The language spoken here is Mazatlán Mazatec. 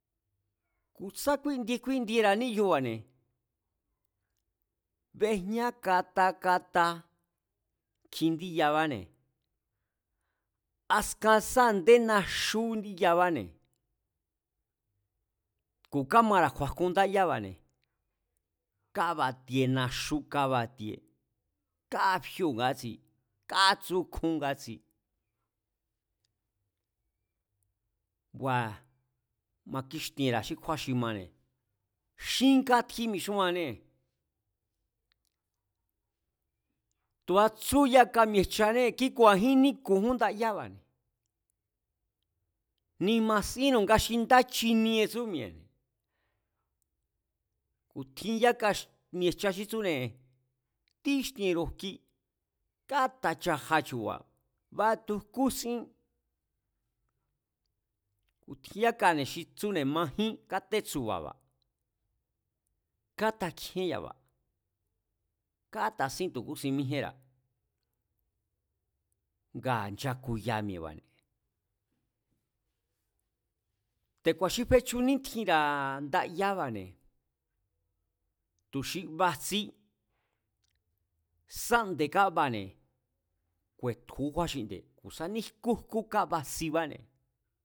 Ku̱ sá kúéndie kúendira̱a níyuba̱ne̱, bejña kata kata kjindí yabáne̱. askan sá a̱nde naxú kjindí yabane̱ ku̱ kamara̱ kju̱a̱ jkun dáyába̱ne̱, kábatie naxú kabatie, kafíu̱ ngátsi kátsúkjún ngátsi, ngua̱ makíxtienra̱a xí kjúán xi mane̱, xín katjí mixúannée̱. Tu̱a tsú yaka mi̱e̱jchanée- kíku̱a̱jín níku̱jún ndayába̱ne̱, ni̱ma̱ sínnu̱ nga xi nda chinie tsú mi̱e̱, ku̱ tjin yaka mi̱e̱jcha xí tsúne̱ tíxtienru̱ jki, kátachaja chu̱ba̱, baku jkú sín ku̱ tjin yákane̱ xi tsúne̱ majín kátétsu̱ba̱ba̱, katakjíén ya̱ba̱, katasín tu̱ kúsin míjíénra̱, ngaa̱ nchakuya mi̱e̱ba̱. Te̱ku̱a̱ xi fechu nítjinra̱ ndayába̱ne̱ tu̱ xi bajtsí, sá nde̱ kabane̱, ku̱e̱tju kjúán xi nde̱ ku̱ sa ní jkú jkú kaba jtsibáne̱